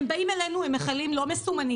הם באים אלינו עם מכלים לא מסומנים,